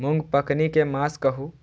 मूँग पकनी के मास कहू?